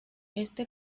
este